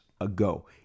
ago